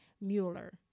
Mueller